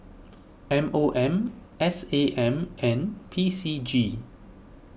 M O M S A M and P C G